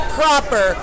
proper